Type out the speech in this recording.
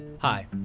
Hi